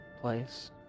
place